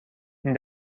این